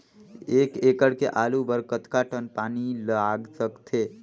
एक एकड़ के आलू बर कतका टन पानी लाग सकथे?